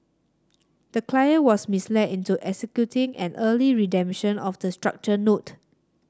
the client was misled into executing an early redemption of the structured note